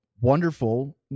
wonderful